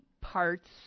parts